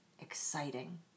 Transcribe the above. exciting